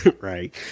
right